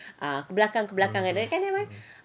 ah ke belakang ke belakang kan bang